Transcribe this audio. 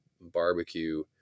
barbecue